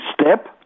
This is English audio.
step